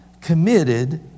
committed